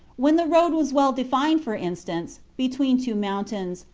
when the road was well defined, for instance, between two mountains,